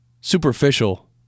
superficial